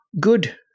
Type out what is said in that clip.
good